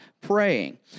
praying